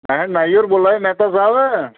नाई होर बोल्ला दे मैह्ता साह्ब